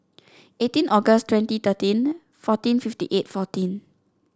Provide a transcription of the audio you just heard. eighteen August twenty thirteen fourteen fifty eight fourteen